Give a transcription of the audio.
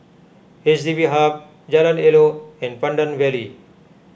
H D B Hub Jalan Elok and Pandan Valley